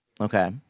Okay